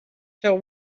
till